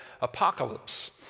apocalypse